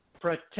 protect